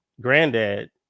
granddad